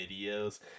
videos